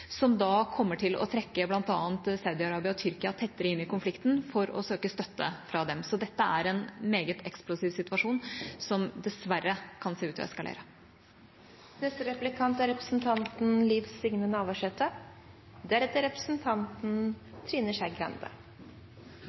som da kommer til å trekke bl.a. Saudi-Arabia og Tyrkia tettere inn i konflikten for å søke støtte fra dem. Så dette er en meget eksplosiv situasjon, som dessverre kan se ut til å eskalere. Takk til forsvarsministeren for eit, som vanleg, godt innlegg. Forsvaret er